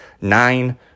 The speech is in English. Nine